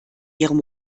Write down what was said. ihrem